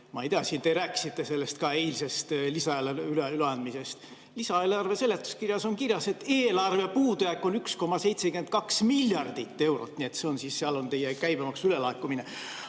Ma ei tea, siin te rääkisite ka eilsest lisaeelarve üleandmisest. Lisaeelarve seletuskirjas on kirjas, et eelarve puudujääk on 1,72 miljardit eurot. Seal on siis teie käibemaksu ülelaekumine.